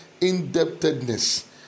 indebtedness